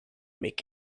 make